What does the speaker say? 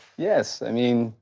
yes, i mean,